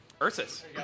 Ursus